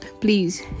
Please